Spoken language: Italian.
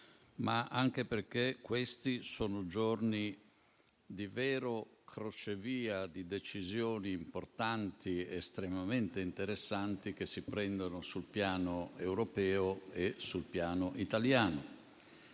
ma anche perché questi sono giorni di vero crocevia, di decisioni importanti ed estremamente interessanti che si prendono sul piano europeo e sul piano italiano.